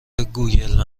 گوگول